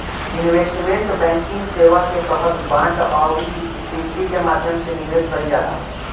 investment banking सेवा के तहत बांड आउरी इक्विटी के माध्यम से निवेश कईल जाला